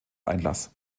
einlass